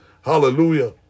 hallelujah